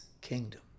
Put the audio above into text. kingdom